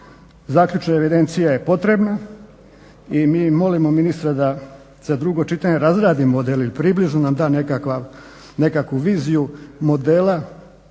zaključna evidencija je potrebna i mi molimo ministra da za drugo čitanje razradi model i približno nam da nekakvu viziju modela